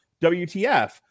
WTF